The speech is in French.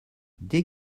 dès